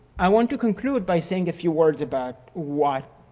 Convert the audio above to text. i want to conclude by saying a few words about what